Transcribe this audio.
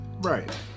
right